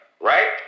Right